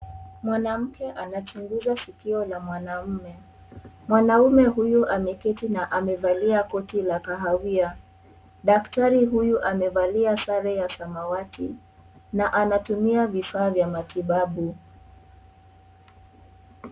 Mwanamke anachunguza maskio ya mwanaume, mwanaume huyu ameketi na amevalia koti la kahawia, daktari huyu ameketi na amevalia sare ya samawati na anatumia vifaa vya matibabu.